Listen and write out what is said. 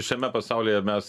šiame pasaulyje mes